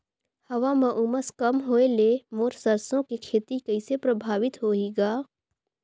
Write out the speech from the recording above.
हवा म उमस कम होए ले मोर सरसो के खेती कइसे प्रभावित होही ग?